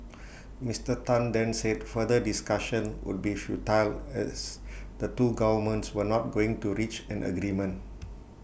Mister Tan then said further discussion would be futile as the two governments were not going to reach an agreement